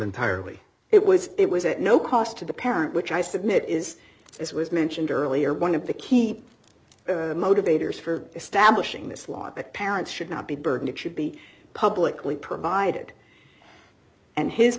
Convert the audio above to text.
entirely it was it was at no cost to the parent which i submit is as was mentioned earlier one dollar of the key motivators for establishing this law that parents should not be burdened it should be publicly provided and his